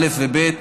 א' וב'